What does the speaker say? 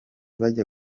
bajya